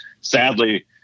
Sadly